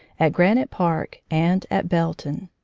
at granite park, and at belton.